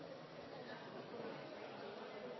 jeg får